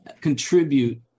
contribute